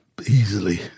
easily